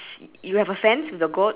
shirt mm don't have